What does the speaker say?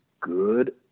good